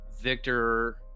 Victor